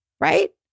right